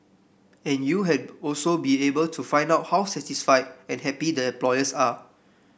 and you had also be able to find out how satisfied and happy the employees are